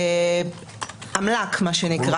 מה שנקרא